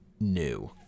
new